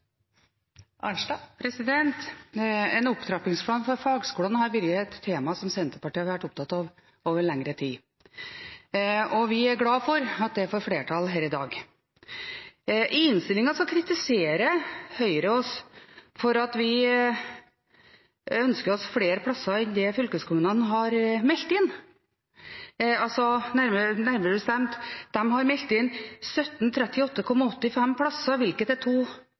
En opptrappingsplan for fagskolene har vært et tema som Senterpartiet har vært opptatt av over lengre tid, og vi er glad for at det får flertall her i dag. I innstillingen kritiserer Høyre oss for at vi ønsker oss flere plasser enn det fylkeskommunene har meldt inn. Nærmere bestemt har de meldt inn 1 738,85 plasser, hvilket er